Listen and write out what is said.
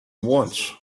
once